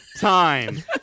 time